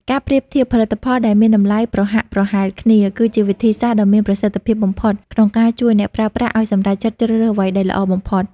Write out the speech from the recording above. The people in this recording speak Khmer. ការប្រៀបធៀបផលិតផលដែលមានតម្លៃប្រហាក់ប្រហែលគ្នា គឺជាវិធីសាស្ត្រដ៏មានប្រសិទ្ធភាពបំផុតក្នុងការជួយអ្នកប្រើប្រាស់ឱ្យសម្រេចចិត្តជ្រើសរើសអ្វីដែលល្អបំផុត។